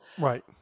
Right